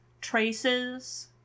traces